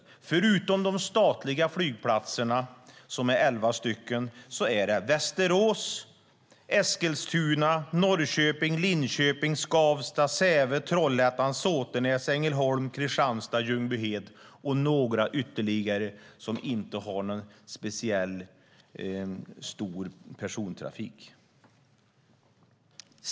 Det står att förutom de statliga flygplatserna, som är elva stycken, är det Västerås, Eskilstuna, Norrköping, Linköping, Skavsta, Säve, Trollhättan, Såtenäs, Ängelholm, Kristianstad, Ljungbyhed och några ytterligare som inte har någon speciellt stor persontrafik.